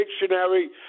dictionary